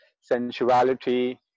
sensuality